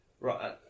Right